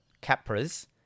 Capra's